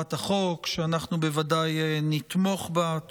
הצעת החוק, שאנחנו בוודאי נתמוך בה.